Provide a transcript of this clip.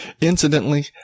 incidentally